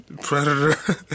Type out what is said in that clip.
Predator